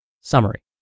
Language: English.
Summary